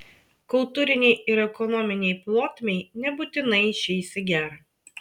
kultūrinei ir ekonominei plotmei nebūtinai išeis į gerą